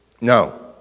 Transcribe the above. No